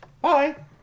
Bye